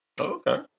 Okay